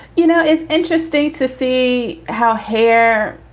you know, it's interesting to see how hair,